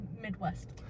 Midwest